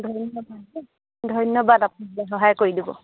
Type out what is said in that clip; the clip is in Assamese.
ধন্যবাদ ধন্যবাদ আপোনালোকে সহায় কৰি দিব